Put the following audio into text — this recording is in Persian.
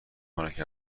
ملک